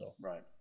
Right